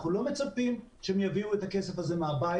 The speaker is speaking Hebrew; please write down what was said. אנחנו לא מצפים שהם יביאו את הכסף הזה מהבית.